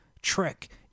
trick